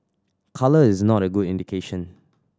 colour is not a good indication